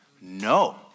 No